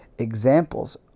examples